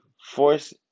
force